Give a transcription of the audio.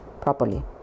properly